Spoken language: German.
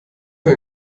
für